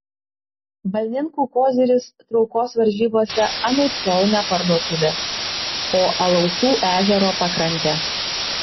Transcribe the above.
balninkų koziris traukos varžybose anaiptol ne parduotuvės o alaušų ežero pakrantė